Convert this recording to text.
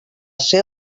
ser